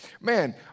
man